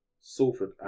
Salford